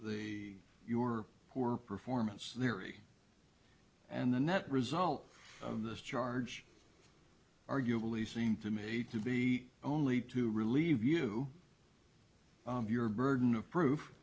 the your poor performance very and the net result of this charge arguably seem to me to be only to relieve you of your burden of proof